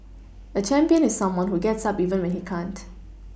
a champion is someone who gets up even when he can't